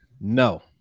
no